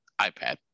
iPad